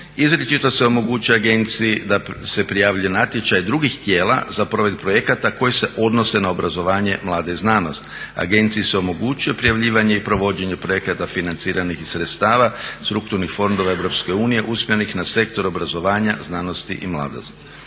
Izričito se omogućava agenciji da se prijavljuje natječaj drugih tijela za provedbu projekata koji se odnose na obrazovanje mlade i znanost. Agenciji se omogućuje prijavljivanje i provođenje projekata financiranih iz sredstava strukturnih fondova Europske unije usmjerenih na sektor obrazovanja, znanosti i mladost.